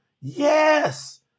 Yes